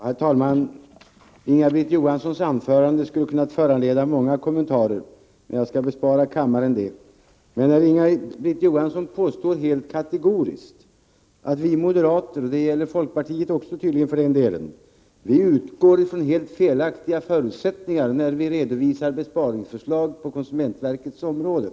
Herr talman! Inga-Britt Johanssons anförande föranledde många kommentarer, men jag skall bespara kammaren dem. Hon påstod helt kategoriskt att vi moderater, och tydligen också folkpartiet, utgår från helt felaktiga förutsättningar när vi redovisar besparingsförslag på konsumentverkets område.